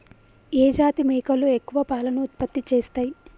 ఏ జాతి మేకలు ఎక్కువ పాలను ఉత్పత్తి చేస్తయ్?